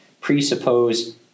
presuppose